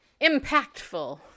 impactful